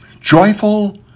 Joyful